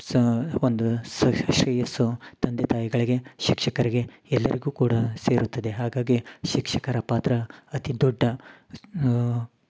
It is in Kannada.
ಸ ಒಂದು ಶ್ರೇಯಸ್ಸು ತಂದೆ ತಾಯಿಗಳಿಗೆ ಶಿಕ್ಷಕರಿಗೆ ಎಲ್ಲರಿಗು ಕೂಡ ಸೇರುತ್ತದೆ ಹಾಗಾಗಿ ಶಿಕ್ಷಕರ ಪಾತ್ರ ಅತಿ ದೊಡ್ಡ